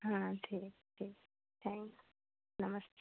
हाँ ठीक ठीक थैंक्स नमस्ते